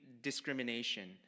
discrimination